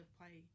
play